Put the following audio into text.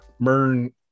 MERN